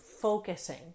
focusing